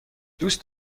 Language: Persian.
دوست